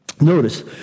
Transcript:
Notice